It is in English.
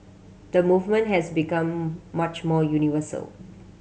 the movement has become much more universal